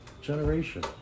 generation